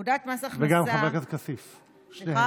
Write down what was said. פקודת מס הכנסה, וגם חבר הכנסת כסיף, שניהם.